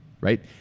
right